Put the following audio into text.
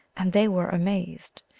and they were amazed.